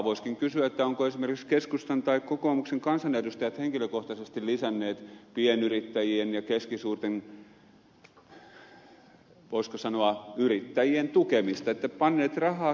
voisikin kysyä ovatko esimerkiksi keskustan tai kokoomuksen kansanedustajat henkilökohtaisesti lisänneet pienyrittäjien ja keskisuurten voisiko sanoa yrittäjien tukemista panneet rahaa kiertämään